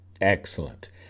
Excellent